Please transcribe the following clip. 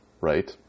right